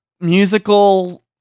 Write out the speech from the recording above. musical